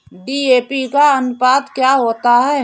DAP का अनुपात क्या होता है?